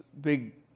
Big